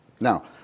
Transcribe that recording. Now